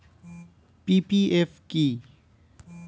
PPF কি?